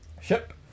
ship